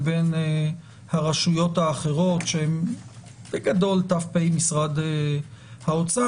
לרשויות האחרות שהן בגדול ת"פ משרד האוצר.